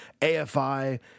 AFI